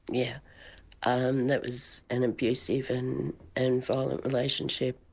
yeah um that was an abusive and and violent relationship,